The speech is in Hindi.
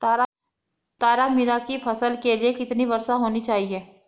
तारामीरा की फसल के लिए कितनी वर्षा होनी चाहिए?